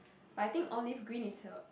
but I think olive green is a